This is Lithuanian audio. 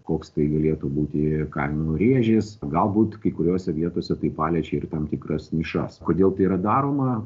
koks tai galėtų būti kainų rėžis galbūt kai kuriose vietose tai paliečia ir tam tikras nišas kodėl tai yra daroma